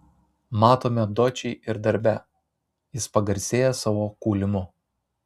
matome dočį ir darbe jis pagarsėja savo kūlimu